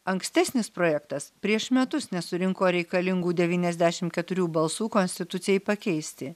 ankstesnis projektas prieš metus nesurinko reikalingų devyniasdešimt keturių balsų konstitucijai pakeisti